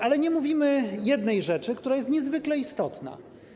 Ale nie mówimy jednej rzeczy, która jest niezwykle istotna.